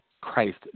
Christ